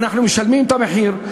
אנחנו משלמים את המחיר,